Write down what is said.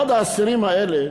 אחד האסירים האלה